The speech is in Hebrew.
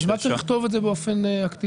בשביל מה צריך לכתוב את זה באופן אקטיבי?